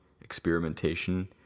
experimentation